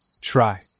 Try